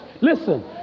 Listen